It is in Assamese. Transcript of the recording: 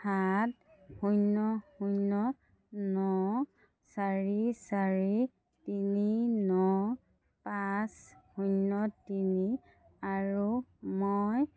সাত শূন্য শূন্য ন চাৰি চাৰি তিনি ন পাঁচ শূন্য তিনি আৰু মই